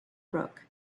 brook